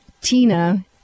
Tina